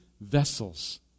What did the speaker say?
vessels